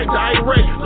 direct